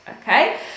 Okay